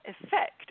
effect